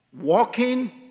walking